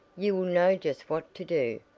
you will know just what to do,